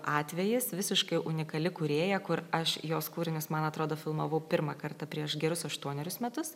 atvejis visiškai unikali kūrėja kur aš jos kūrinius man atrodo filmavau pirmą kartą prieš gerus aštuonerius metus